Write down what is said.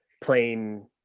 plain